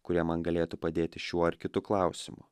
kurie man galėtų padėti šiuo ar kitu klausimu